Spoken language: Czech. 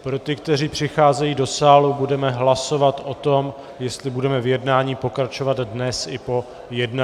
Pro ty, kteří přicházejí do sálu, budeme hlasovat o tom, jestli budeme v jednání pokračovat dnes i po 21. a 24. hodině.